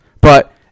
But-